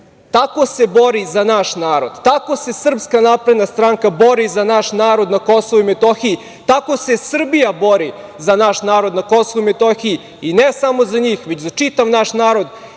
Tako se bori za naš narod. Tako se SNS bori za naš narod na Kosovu i Metohiji, tako se Srbija bori za naš narod na Kosovu i Metohiji, i ne samo za njih, već za čitav narod,